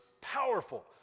Powerful